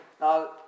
Now